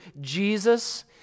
Jesus